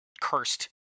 cursed